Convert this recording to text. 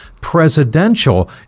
presidential